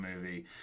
movie